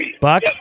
Buck